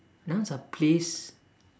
nouns are place